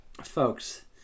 Folks